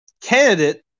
candidate